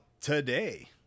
today